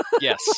yes